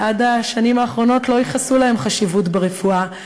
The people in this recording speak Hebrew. שעד השנים האחרונות לא ייחסו להם חשיבות ברפואה,